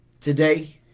Today